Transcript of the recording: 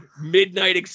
Midnight